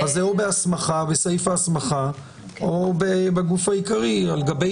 זה או בסעיף ההסמכה או בגוף העיקרי על גבי